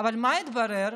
אבל מה התברר?